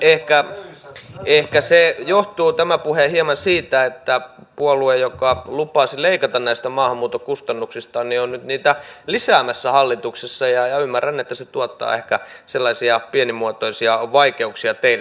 ehkä tämä puhe johtuu hieman siitä että puolue joka lupasi leikata näistä maahanmuuton kustannuksista on nyt niitä lisäämässä hallituksessa ja ymmärrän että se tuottaa ehkä sellaisia pienimuotoisia vaikeuksia teille